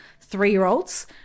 three-year-olds